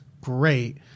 great